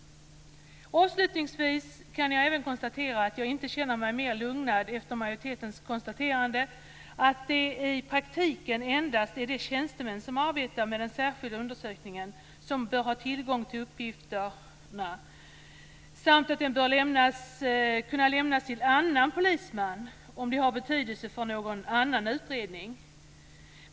Avslutningsvis kan jag även konstatera att jag inte känner mig mer lugnad efter majoritetens konstateranden att det i praktiken endast är de tjänstemän som arbetar med den särskilda undersökningen som bör ha tillgång till uppgifterna samt att de bör kunna lämnas till annan polisman om det har betydelse för någon annan utredning.